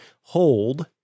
hold